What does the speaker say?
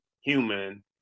human